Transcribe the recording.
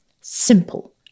Simple